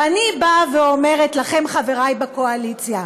ואני אומרת לכם, חברי בקואליציה: